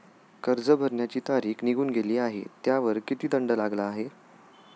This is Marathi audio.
कर्ज भरण्याची तारीख निघून गेली आहे त्यावर किती दंड लागला आहे?